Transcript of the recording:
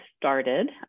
started